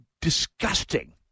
disgusting